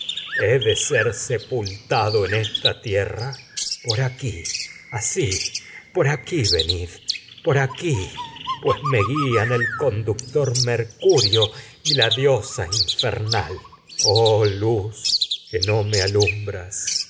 de ser sepultado por esta tierra por aquí el aquí venid y aquí infer pues nal me guian conductor mercurio la diosa que me a oh luz pero que no me alumbras